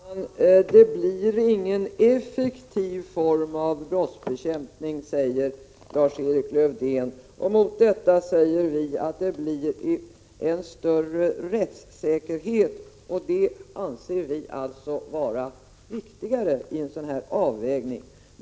Herr talman! Det blir ingen effektiv form av brottsbekämpning, säger Lars-Erik Lövdén. Mot detta säger vi att det blir större rättssäkerhet, och det anser vi alltså vara viktigare i en sådan här avvägning.